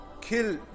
kill